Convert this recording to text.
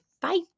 Bye